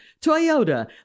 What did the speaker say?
Toyota